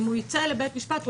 אם הוא ייצא לבית המשפט,